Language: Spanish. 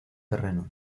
terreno